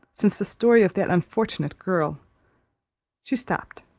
since the story of that unfortunate girl she stopt.